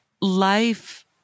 life